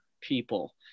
people